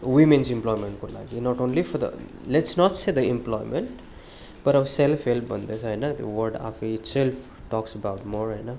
women's इम्पलोयमेन्टको लागि not only for the let's not say the employment तर अब सेल्फ हेल्प भन्दैछ होइन त्यो वर्ड आफै इटसेल्फ टल्क्स अबाउट मोर होइन